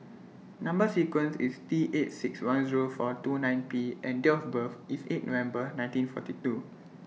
Number sequence IS T eight six one Zero four two nine P and Date of birth IS eight November nineteen forty two